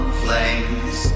flames